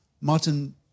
Martin